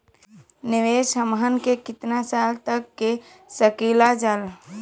निवेश हमहन के कितना साल तक के सकीलाजा?